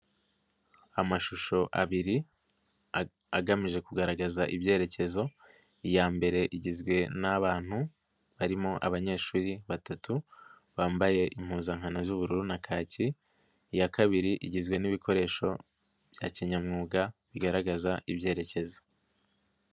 Amashusho abiri agamije kugaragaza ibyerekezo, iya mbere igizwe n'abantu barimo abanyeshuri batatu bambaye impuzankano z'ubururu na kakiyi, iya kabiri igizwe n'ibikoresho bya kinyamwuga bigaragaza ibyerekezo.